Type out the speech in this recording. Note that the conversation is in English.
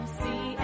see